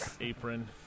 apron